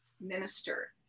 minister